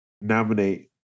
nominate